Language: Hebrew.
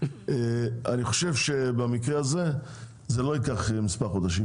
אני חושב שבמקרה הזה זה לא ייקח מספר חודשים,